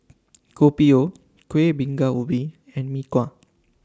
Kopi O Kueh Bingka Ubi and Mee Kuah